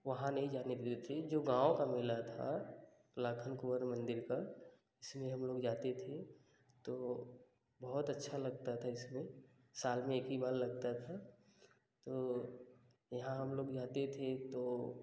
वहाँ नहीं जाने देते थे जो गाँव का मेला था लाखन कुँवर मंदिर का जिसमें हम लोग जाते थे तो बहुत अच्छा लगता था जिसमें साल में एक ही बार लगता था तो यहाँ हम लोग जाते थे तो